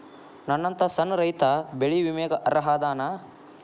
ನನ್ನಂತ ಸಣ್ಣ ರೈತಾ ಬೆಳಿ ವಿಮೆಗೆ ಅರ್ಹ ಅದನಾ?